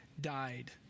died